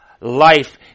life